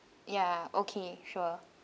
ya okay sure